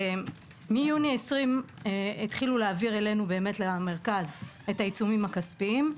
מיוני 2020 התחילו להעביר למרכז לגביית קנסות את העיצומים הכספיים.